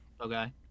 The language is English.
Okay